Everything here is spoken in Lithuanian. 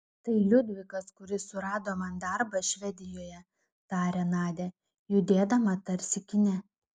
tai liudvikas kuris surado man darbą švedijoje tarė nadia judėdama tarsi kine